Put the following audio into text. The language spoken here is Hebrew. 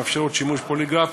המאפשרות שימוש בפוליגרף,